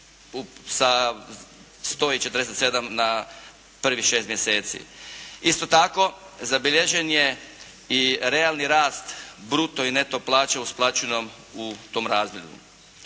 sa 147 na prvih šest mjeseci. Isto tako zabilježen je i realni rast bruto i neto plaće isplaćenom u tom razdoblju.